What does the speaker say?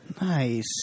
Nice